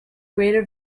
greater